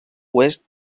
oest